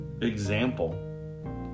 example